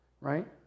right